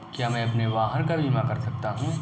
क्या मैं अपने वाहन का बीमा कर सकता हूँ?